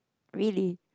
really